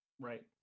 Right